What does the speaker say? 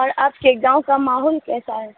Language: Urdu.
اور آپ کے ایک گاؤں کا ماحول کیسا ہے